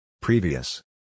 Previous